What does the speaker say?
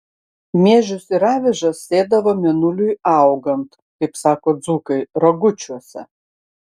miežius ir avižas sėdavo mėnuliui augant kaip sako dzūkai ragučiuose